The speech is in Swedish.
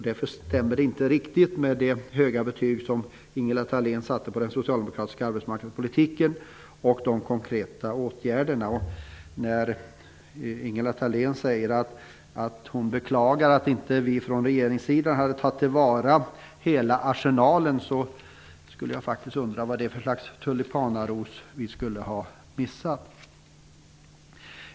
Det stämmer inte riktigt med de höga betyg som Ingela Thalén satte på den socialdemokratiska arbetsmarknadspolitiken och de konkreta åtgärderna. Ingela Thalén beklagar att vi från regeringspartiernas sida inte har tagit till vara hela arsenalen, skulle jag vilja fråga vad för slags tulipanaros som vi missat.